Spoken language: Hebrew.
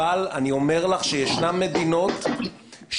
אבל אני אומר לך שישנן מדינות שבהן